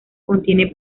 contiene